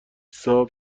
صاحب